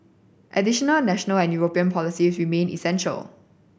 additional national and European policies remain essential